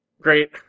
Great